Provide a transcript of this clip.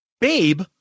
babe